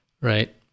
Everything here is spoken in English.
right